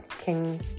King